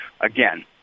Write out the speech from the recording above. Again